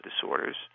disorders